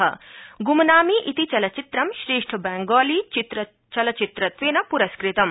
ग्मनामी इति चलचित्र श्रेष्ठ बंगालीचलचित्रत्वेन प्रस्कृतम्